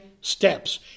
steps